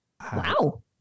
Wow